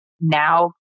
now